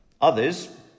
Others